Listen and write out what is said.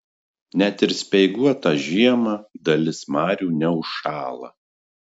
net ir speiguotą žiemą dalis marių neužšąla